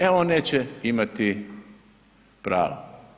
E, on neće imati pravo.